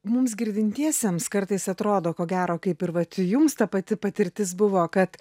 mums girdintiesiems kartais atrodo ko gero kaip ir vat jums ta pati patirtis buvo kad